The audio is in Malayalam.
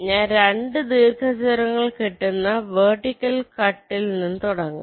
ഞാൻ രണ്ട് ദീർഘ ചതുരങ്ങൾ കിട്ടുന്ന വെർട്ടിക്കൽ കട്ടൽ നിന്നു തുടങ്ങാം